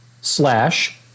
slash